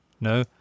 no